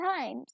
times